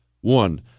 One